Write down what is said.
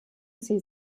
sie